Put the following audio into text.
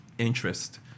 interest